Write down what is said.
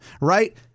right